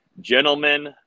Gentlemen